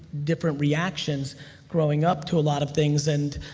different reactions growing up to a lot of things, and